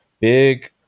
Big